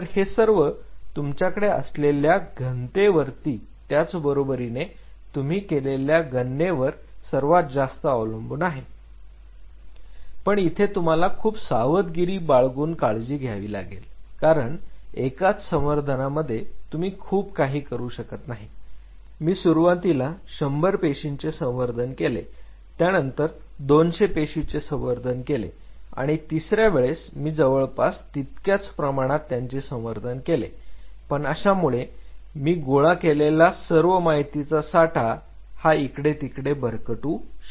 तर हे सर्व तुमच्याकडे असलेल्या घनतेवरवरती त्याचबरोबरीने तुम्ही केलेल्या गणनेवर सर्वात जास्त अवलंबून आहे पण इथे तुम्हाला खूप सावधगिरी बाळगून काळजी घ्यावी लागेल कारण एकाच संवर्धनामध्ये तुम्ही खूप काही करू शकत नाही मी सुरुवातीला 100 पेशींचे संवर्धन केले त्यानंतर 200 पेशींचे संवर्धन केले आणि तिसऱ्या वेळेस मी जवळपास तितक्याच प्रमाणात त्यांचे संवर्धन केले पण अशामुळे मी गोळा केलेला सर्व माहितीचा साठा हा इकडे तिकडे भरकटू शकतो